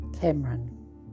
Cameron